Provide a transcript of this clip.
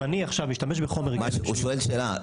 אם אני עכשיו אשתמש בחומר גלם --- הוא שואל שאלה,